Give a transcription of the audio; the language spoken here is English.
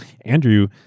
Andrew